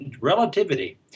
relativity